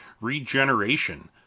Regeneration